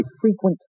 frequent